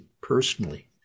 personally